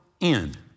end